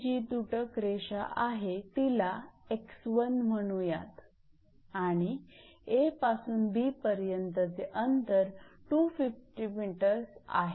ही जी तुटक रेषा आहे तिला 𝑥1 म्हणूयात आणि 𝐴 पासून 𝐵 पर्यंतचे अंतर 250 𝑚 आहे